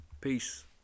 peace